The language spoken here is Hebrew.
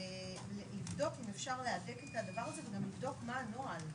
וצריך לבדוק אם אפשר להדק את הדבר וגם לבדוק מה הנוהל,